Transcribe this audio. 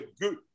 good